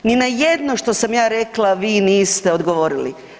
Ni na jedno što sam ja rekla vi niste odgovorili.